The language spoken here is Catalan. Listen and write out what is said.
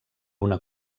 una